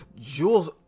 Jules